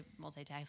multitask